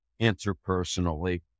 interpersonally